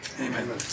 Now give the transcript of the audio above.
Amen